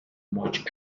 much